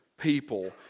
people